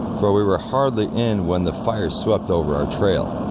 where we were hardly in when the fire swept over our trail.